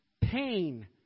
Pain